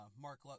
Mark